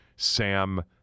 Sam